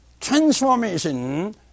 Transformation